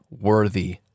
worthy